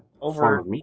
over